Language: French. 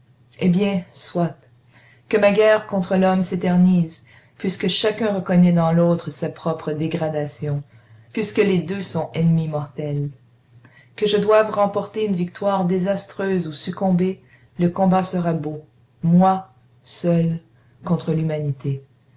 eh bien soit que ma guerre contre l'homme s'éternise puisque chacun reconnaît dans l'autre sa propre dégradation puisque les deux sont ennemis mortels que je doive remporter une victoire désastreuse ou succomber le combat sera beau moi seul contre l'humanité